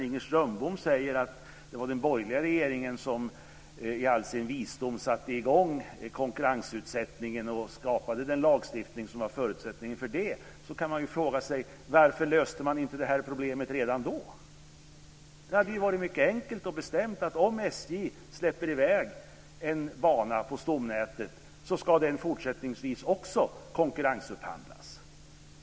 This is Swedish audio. Inger Strömbom säger att det var den borgerliga regeringen som i all sin visdom satte i gång konkurrensutsättningen och skapade den lagstiftning som var förutsättningen för det här. Då kan man fråga sig: Varför löste man inte det här problemet redan då? Det hade ju varit mycket enkelt att bestämma att om SJ släpper i väg en bana på stomnätet ska den också fortsättningsvis konkurrensupphandlas.